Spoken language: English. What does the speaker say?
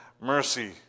mercy